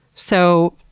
so,